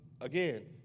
again